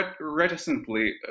reticently